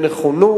נכון.